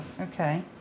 Okay